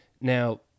Now